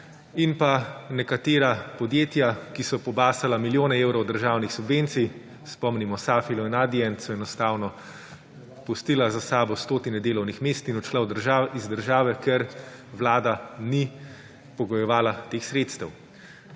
in pa nekatera podjetja, ki so pobasala milijone evrov državnih subvencij. Spomnimo Safilo in Adient sta enostavno pustila za sabo stotine delovnih mest in odšla iz države, ker Vlada ni pogojevala teh sredstev.